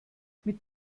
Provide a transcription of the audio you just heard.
mit